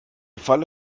falle